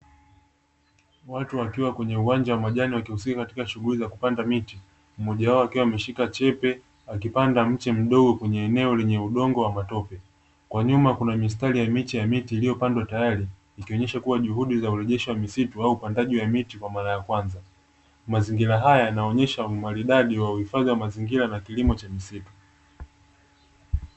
Watu wakiwa kwenye uwanja wa majani wakihusika katika shughuli za kupanda miti, mmoja wao akiwa ameshika chepe akipanda mche mdogo kwenye eneo lenye udongo wa matope. Kwa nyuma kuna mistari ya miche ya miti iliyopandwa tayari ikionyesha kuwa juhudi za urejesho wa misitu au upandaji wa miti kwa mara ya kwanza. Mazingira haya yanaonyesha umaridadi wa uhifadhi wa mazingira na kilimo cha misitu.